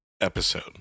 episode